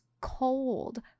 cold